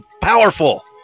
Powerful